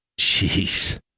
Jeez